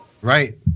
Right